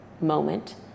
moment